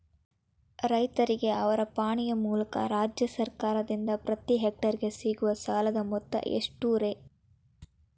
ರೈತರಿಗೆ ಅವರ ಪಾಣಿಯ ಮೂಲಕ ರಾಜ್ಯ ಸರ್ಕಾರದಿಂದ ಪ್ರತಿ ಹೆಕ್ಟರ್ ಗೆ ಸಿಗುವ ಸಾಲದ ಮೊತ್ತ ಎಷ್ಟು ರೇ?